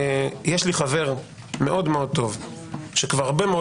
יש לי חבר מאוד מאוד טוב שכבר הרבה מאוד